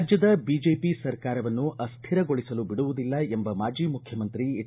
ರಾಜ್ಞದ ಬಿಜೆಪಿ ಸರ್ಕಾರವನ್ನು ಅಸ್ವಿರಗೊಳಿಸಲು ಬಿಡುವುದಿಲ್ಲ ಎಂಬ ಮಾಜಿ ಮುಖ್ಚುಮಂತ್ರಿ ಎಚ್